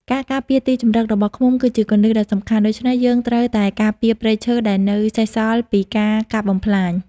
ការការពារទីជម្រករបស់ឃ្មុំគឺជាគន្លឹះដ៏សំខាន់ ដូច្នេះយើងត្រូវតែការពារព្រៃឈើដែលនៅសេសសល់ពីការកាប់បំផ្លាញ។